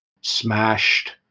smashed